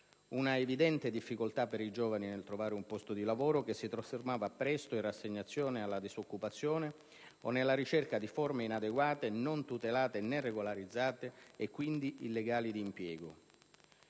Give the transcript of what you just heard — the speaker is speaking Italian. Un'evidente difficoltà per i giovani nel trovare un posto di lavoro, che si trasformava presto in rassegnazione alla disoccupazione o nella ricerca di forme inadeguate, non tutelate né regolarizzate e quindi illegali di impiego.